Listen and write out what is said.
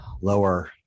lower